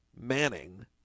Manning